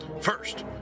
First